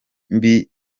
mbi